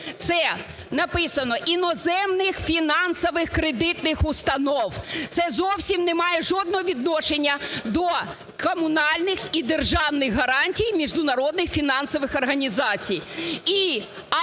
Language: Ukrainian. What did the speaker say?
Це написано: "Іноземних фінансових кредитних установ". Це зовсім не має жодного відношення до комунальних і державних гарантій міжнародних фінансових організацій.